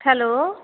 hello